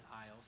aisles